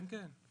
כן, כן.